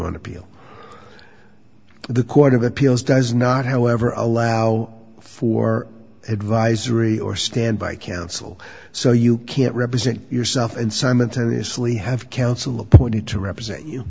on appeal the court of appeals does not however allow for advisory or stand by counsel so you can't represent yourself and simultaneously have counsel appointed to represent you